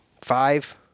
Five